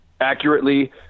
accurately